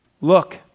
look